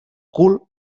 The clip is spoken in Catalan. cul